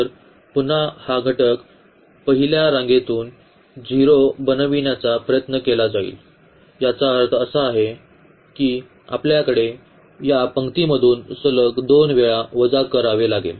तर पुन्हा हा घटक पहिल्या रांगेतून 0 बनवण्याचा प्रयत्न केला जाईल याचा अर्थ असा आहे की आपल्याला या पंक्तीमधून सलग 2 वेळा वजा करावे लागेल